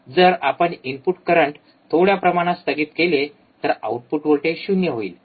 जर आपण input current थोड्या प्रमाणात स्थगित केले तर आउटपुट व्होल्टेज शून्य होईल